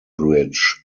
bridge